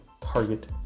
Target